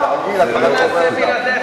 מה נעשה בלעדיך?